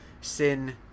sin